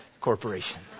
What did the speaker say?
Corporation